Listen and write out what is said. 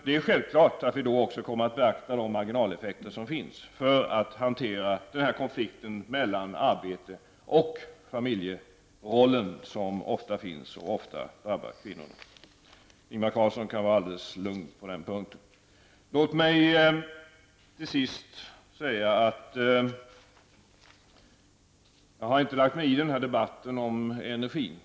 Det är självklart att vi då också kommer att beakta marginaleffekterna för att kunna hantera den konflikt mellan arbete och familjeroll som finns och som ofta drabbar kvinnor. Ingvar Carlsson kan vara alldeles lugn på den punkten. Låt mig till sist säga att jag har inte lagt mig i den här debatten om energi.